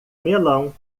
melão